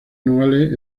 anuales